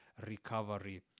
recovery